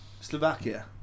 Slovakia